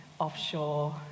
offshore